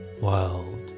world